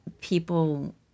people